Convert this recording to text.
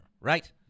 right